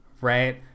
right